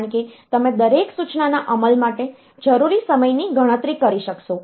કારણ કે તમે દરેક સૂચનાના અમલ માટે જરૂરી સમયની ગણતરી કરી શકશો